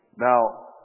Now